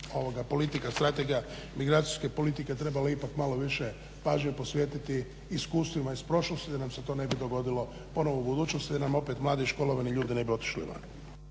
politika, strategija migracijske politike trebala ipak malo više pažnje posvetiti iskustvima iz prošlosti da nam se to ne bi dogodilo ponovno u budućnosti. Da nam opet mladi i školovani ljudi ne bi otišli van.